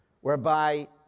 whereby